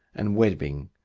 and webbing,